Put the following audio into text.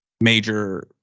major